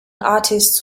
artists